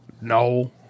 No